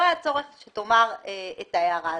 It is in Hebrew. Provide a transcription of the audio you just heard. לא היה צורך שתאמר את ההערה הזאת.